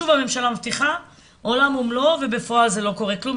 שוב הממשלה מבטיחה עולם ומלואו ובפועל לא קורה כלום,